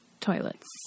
toilets